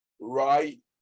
right